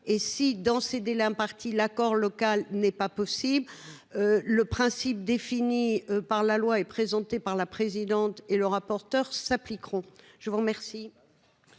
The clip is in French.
et si dans ces délais impartis, l'accord local n'est pas possible. Le principe défini par la loi et présenté par la présidente et le rapporteur s'appliqueront. Je vous remercie.